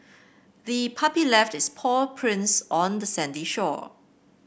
the puppy left its paw prints on the sandy shore